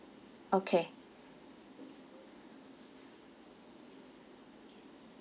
okay